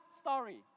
story